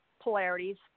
polarities